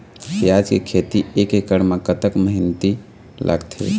प्याज के खेती एक एकड़ म कतक मेहनती लागथे?